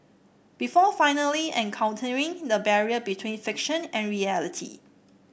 before finally encountering the barrier between fiction and reality